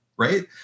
Right